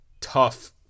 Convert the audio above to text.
tough